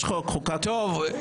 יש חוק ------ בג"ץ --- לא,